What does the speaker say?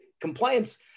compliance